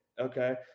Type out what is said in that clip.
okay